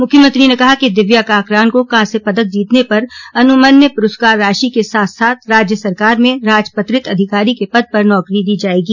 मुख्यमंत्री ने कहा ह कि दिव्या काकरान को कांस्य पदक जीतने पर अनुमन्य पुरस्कार राशि के साथ साथ राज्य सरकार में राजपत्रित अधिकारी के पद पर नौकरी दी जायेगी